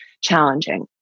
challenging